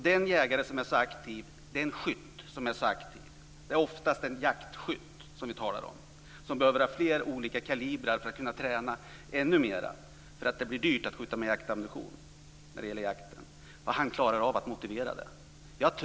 Den skytt som är så aktiv - det är oftast en jaktskytt som vi talar om - att han behöver ha flera olika kalibrar för att kunna träna mer, eftersom det blir dyrt att skjuta med jaktammunition, klarar av att motivera det.